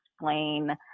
explain